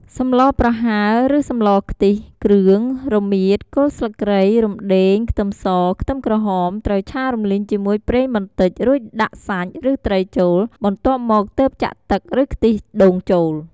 សម្លប្រហើរឬសម្លខ្ទិះ គ្រឿង (រមៀត គល់ស្លឹកគ្រៃ រំដេង ខ្ទឹមស ខ្ទឹមក្រហម) ត្រូវឆារំលីងជាមួយប្រេងបន្តិច រួចដាក់សាច់ ឬត្រីចូល បន្ទាប់មកទើបចាក់ទឹក ឬខ្ទិះដូងចូល។